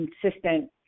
consistent